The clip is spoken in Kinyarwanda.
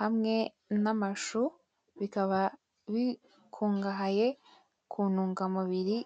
hamwe n'amashu bikaba bikungahaye ku ntunga mubiri.